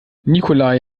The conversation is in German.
nikolai